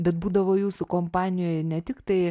bet būdavo jūsų kompanijoje ne tiktai